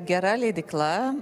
gera leidykla